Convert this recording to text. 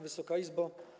Wysoka Izbo!